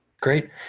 Great